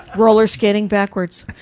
rollerskating backwards.